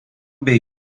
bei